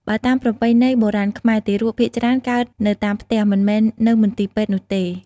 បើតាមប្រពៃណីបុរាណខ្មែរ ទារកភាគច្រើនកើតនៅតាមផ្ទះ មិនមែននៅមន្ទីរពេទ្យនោះទេ។